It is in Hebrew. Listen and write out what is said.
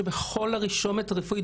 שבכל הרשומות הרפואיות,